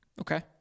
Okay